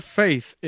faith